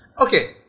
Okay